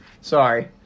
Sorry